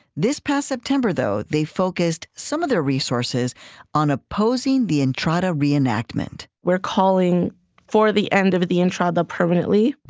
this past september, though, they focused some of their resources on opposing the entrada re-enactment we're calling for the end of of the entrada permanently